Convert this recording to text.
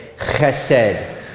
chesed